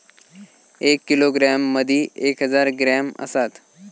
एक किलोग्रॅम मदि एक हजार ग्रॅम असात